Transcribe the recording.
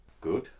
good